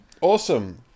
awesome